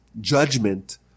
judgment